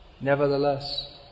Nevertheless